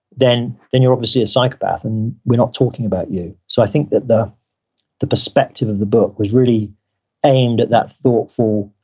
then then you're obviously a psychopath and we're not talking about you so i think that the the perspective of the book was really aimed at that thoughtful,